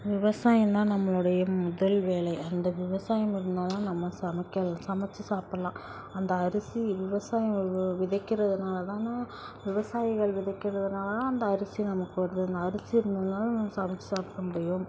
விவசாயம் தான் நம்மளுடைய முதல் வேலை அந்த விவசாயம் இருந்தால் தான் நம்ம சமைக்க சமைச்சு சாப்பிட்லாம் அந்த அரிசி விவசாயிங்கள் விதைக்கிறதுனால தானே விவசாயிகள் விதைக்கிறதுனால தான் அந்த அரிசி நமக்கு வருது அந்த அரிசி இருந்ததுனால நம்ம சமைச்சு சாப்பிட முடியும்